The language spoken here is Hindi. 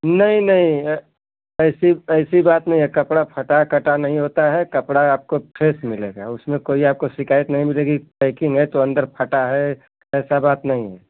नहीं नहीं ऐसी ऐसी बात नहीं है कपड़ा फटा कटा नही होता है कपड़ा आपको फिट मिलेगा उसमें आपको कोई शिकायत नही मिलेगी पैकिंग है तो अंदर फटा है ऐसा बात नहीं है